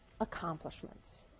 accomplishments